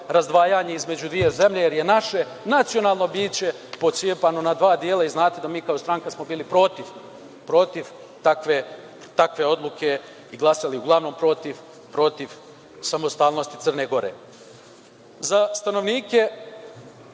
razdvajanje između dve zemlje, jer je naše nacionalno biće pocepano na dva dela. Znate da mi kao stranka smo bili protiv takve odluke i glasali uglavnom, protiv samostalnosti Crne Gore.Za stanovnike